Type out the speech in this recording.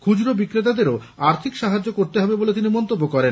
খুচরো বিক্রেতাদেরও আর্থিক সাহায্য করতে হবে বলে তিনি মন্তব্য করেন